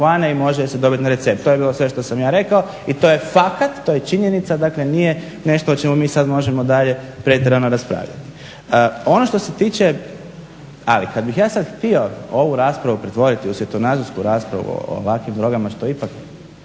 i može ih se dobiti na recept. To je bilo sve što sam ja rekao i to je fakat, to je činjenica. Dakle, nije nešto o čemu mi sad možemo dalje pretjerano raspravljati. Ono što se tiče, a i kad bih ja sad htio ovu raspravu pretvoriti u svjetonazorsku raspravu o lakim drogama što ipak